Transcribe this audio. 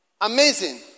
Amazing